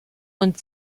und